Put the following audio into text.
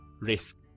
risk